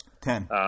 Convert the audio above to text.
Ten